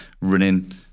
running